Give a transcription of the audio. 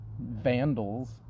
vandals